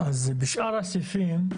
אז בשאר הסעיפים,